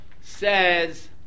says